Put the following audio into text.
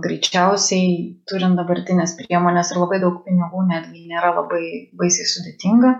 greičiausiai turint dabartines priemones ir labai daug pinigų netgi nėra labai baisiai sudėtinga